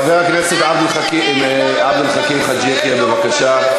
חבר הכנסת עבד אל חכים חאג' יחיא, בבקשה.